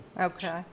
Okay